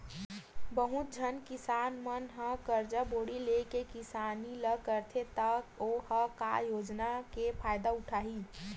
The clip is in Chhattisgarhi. बहुत झन किसान मन ह करजा बोड़ी लेके किसानी ल करथे त ओ ह का योजना के फायदा उठाही